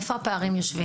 איפה יושבים הפערים?